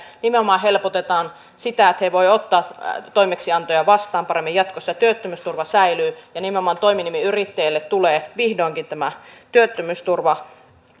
nimenomaan helpotetaan sitä että he voivat ottaa toimeksiantoja vastaan paremmin jatkossa ja työttömyysturva säilyy nimenomaan toiminimiyrittäjille tulee vihdoinkin tämä työttömyysturva